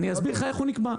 אני אסביר לך איך הוא נקבע.